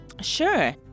Sure